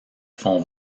font